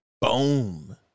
Boom